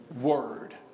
word